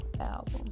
album